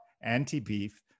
anti-beef